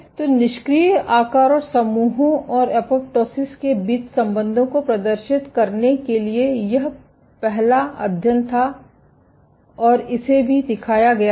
तो निष्क्रिय आकार और समूहों और एपोप्टोसिस के बीच संबंधों को प्रदर्शित करने के लिए यह पहला अध्ययन था और इसे भी दिखाया गया था